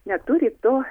neturi to